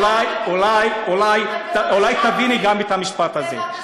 אולי, אולי, אולי תביני גם את המשפט הזה.